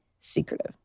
secretive